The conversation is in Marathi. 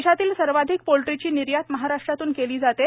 देशातील सर्वाधिक पोल्ट्रीची निर्यात ही महाराष्ट्रातून केली जाते